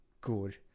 good